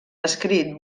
escrit